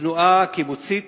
התנועה הקיבוצית